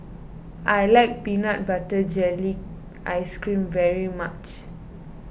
I like Peanut Butter Jelly Ice Cream very much